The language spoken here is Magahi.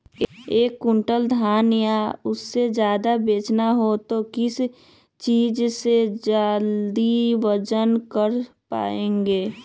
एक क्विंटल धान या उससे ज्यादा बेचना हो तो किस चीज से जल्दी वजन कर पायेंगे?